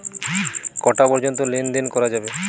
কটা পর্যন্ত লেন দেন করা যাবে?